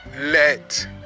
let